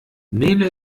nele